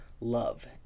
love